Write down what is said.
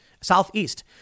Southeast